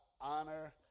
honor